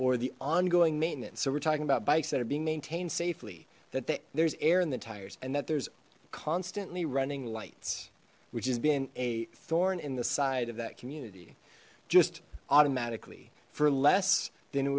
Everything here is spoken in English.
or the ongoing maintenance so we're talking about bikes that are being maintained safely that there's air in the tires and that there's constantly running lights which has been a thorn in the side of that community just automatically for less than it